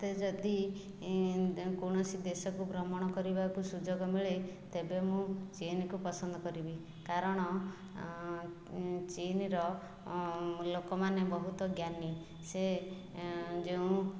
ମୋତେ ଯଦି କୌଣସି ଦେଶକୁ ଭ୍ରମଣ କରିବାକୁ ସୁଯୋଗ ମିଳେ ତେବେ ମୁଁ ଚୀନକୁ ପସନ୍ଦ କରିବି କାରଣ ଚୀନର ଲୋକମାନେ ବହୁତ ଜ୍ଞାନୀ ସେ ଯେଉଁ